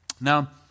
Now